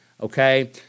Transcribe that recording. okay